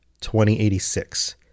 2086